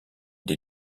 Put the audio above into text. des